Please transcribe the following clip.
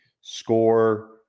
score